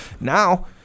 now